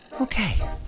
Okay